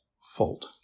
fault